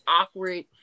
awkward